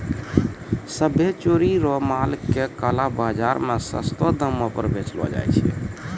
सभ्भे चोरी रो माल के काला बाजार मे सस्तो दामो पर बेचलो जाय छै